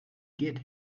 get